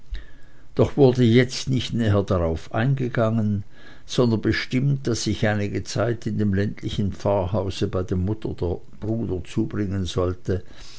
doch wurde jetzt nicht näher darauf eingegangen sondern bestimmt daß ich einige zeit in dem ländlichen pfarrhause bei dem bruder der mutter zubringen sollte